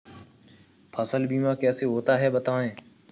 फसल बीमा कैसे होता है बताएँ?